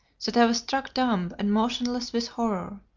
that i was struck dumb and motionless with horror.